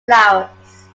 flowers